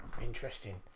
interesting